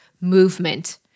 movement